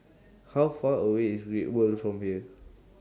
How Far away IS Great World from here